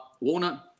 Warner